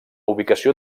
ubicació